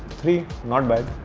three. not bad.